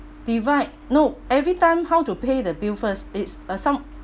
divide no every time how to pay the bill first it's uh some